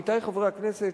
עמיתי חברי הכנסת,